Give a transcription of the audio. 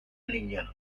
niña